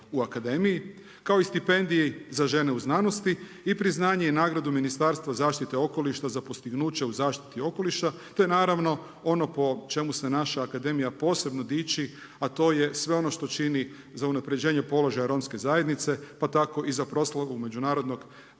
u Akademiji kao i stipendiji za žene u znanosti i priznanje i nagradu Ministarstva zaštite okoliša za postignuće u zaštiti okoliša te naravno ono po čemu se naša akademija posebno dići a to je sve ono što čini za unapređenje položaja Romske zajednica pa tako i za proslavu međunarodnog dana